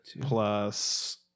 Plus